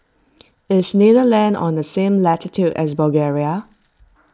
is Netherlands on the same latitude as Bulgaria